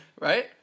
Right